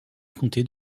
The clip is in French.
comté